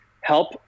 help